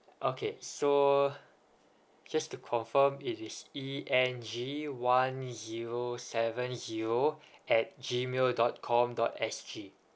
okay so just to confirm it is E N G one zero seven zero at G mail dot com dot S G